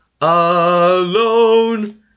alone